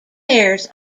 pairs